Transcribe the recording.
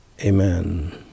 amen